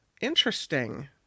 interesting